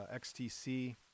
XTC